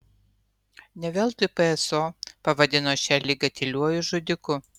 ne veltui pso pavadino šią ligą tyliuoju žudiku